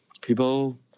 people